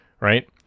Right